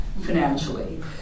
financially